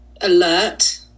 alert